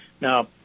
Now